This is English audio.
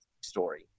story